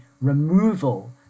removal